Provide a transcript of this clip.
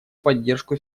поддержку